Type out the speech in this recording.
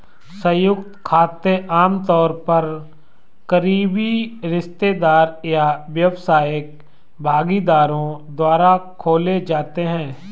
संयुक्त खाते आमतौर पर करीबी रिश्तेदार या व्यावसायिक भागीदारों द्वारा खोले जाते हैं